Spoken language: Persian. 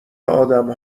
آدم